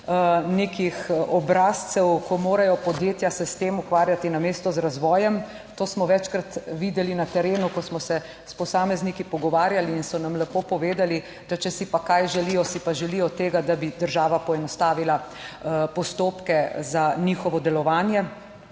nekih obrazcev, ko morajo podjetja se s tem ukvarjati namesto z razvojem. To smo večkrat videli na terenu, ko smo se s posamezniki pogovarjali in so nam lepo povedali, da če si pa kaj želijo, si pa želijo tega, da bi država poenostavila postopke za njihovo delovanje